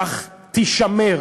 כך תישמר.